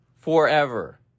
Forever